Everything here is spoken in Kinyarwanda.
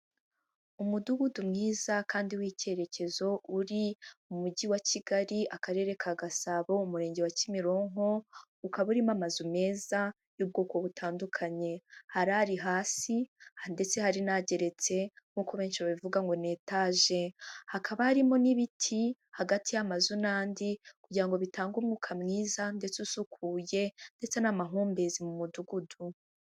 Umudugudu mwiza kandi w'icyerekezo uri mu mujyi wa Kigali, akarere ka Gasabo, umurenge wa Kimironko, ukaba urimo amazu meza y'ubwoko butandukanye. Hari ari hasi ndetse hari n'ageretse, nk'uko benshi babivuga ngo ni etaje. Hakaba harimo n'ibiti hagati y'amazu n'andi kugira ngo bitange umwuka mwiza ndetse usukuye ndetse n'amahumbezi mu mudugudu.